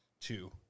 two